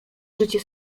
życie